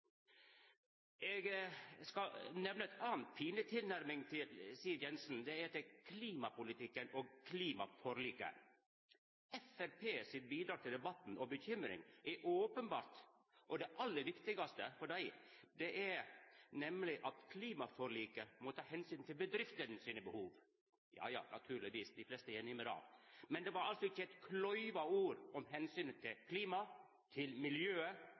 Eg skal nemna ei anna pinleg tilnærming frå Siv Jensen, og det gjeld klimapolitikken og klimaforliket. Framstegspartiet sitt bidrag i debatten og bekymring er openbert – det aller viktigaste for dei er at klimaforliket må ta omsyn til bedriftene sine behov. Naturlegvis – dei fleste er einige i det. Det var altså ikkje eit kløyva ord om omsynet til klimaet, til miljøet,